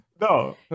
No